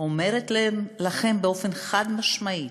אומרת לכם באופן חד-משמעי,